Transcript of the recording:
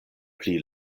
pli